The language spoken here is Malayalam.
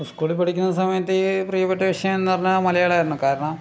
സ്കൂളിൽ പഠിക്കുന്ന സമയത്ത് പ്രിയപ്പെട്ട വിഷയം എന്ന് പറഞ്ഞാൽ മലയാളം ആയിരുന്നു കാരണം